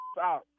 out